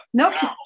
nope